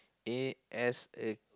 a_s uh